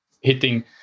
hitting